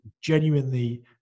genuinely